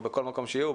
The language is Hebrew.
או בכל מקום שיהיו,